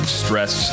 stress